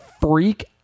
freak